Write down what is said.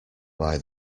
buy